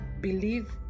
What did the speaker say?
believe